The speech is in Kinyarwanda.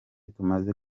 tumaze